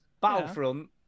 battlefront